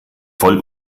voll